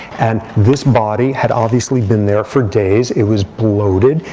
and this body had obviously been there for days. it was bloated.